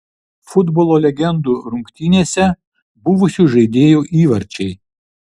futbolo legendų rungtynėse buvusių žaidėjų įvarčiai